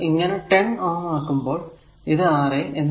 ഞാൻ ഇത് ഇങ്ങനെ 10Ω ആക്കുമ്പോൾ ഇത് r a